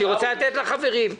אני רוצה לתת לחברים.